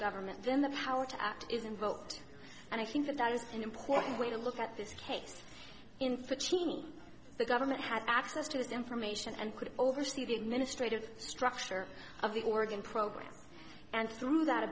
government then the power to act is invoked and i think that that is an important way to look at this case in foot the government had access to this information and could oversee the administrative structure of the organ program and through that